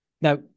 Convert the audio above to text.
Now